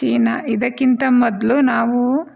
China ಇದಕ್ಕಿಂತ ಮೊದಲು ನಾವು